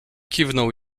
kiwnął